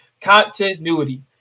Continuity